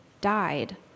died